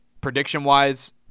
prediction-wise